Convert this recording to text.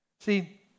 See